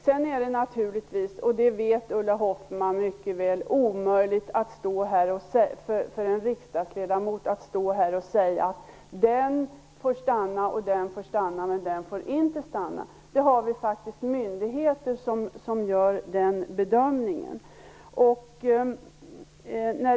Ulla Hoffmann vet mycket väl att det är omöjligt för en riksdagsledamot att i denna kammare säga vem som får stanna och vem som inte får stanna i Sverige. Vi har ju myndigheter som gör den bedömningen.